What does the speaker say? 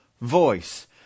voice